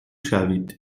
شوید